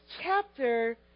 chapter